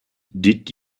did